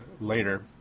later